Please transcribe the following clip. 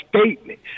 statement